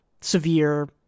severe